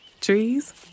Trees